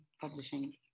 publishing